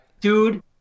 Dude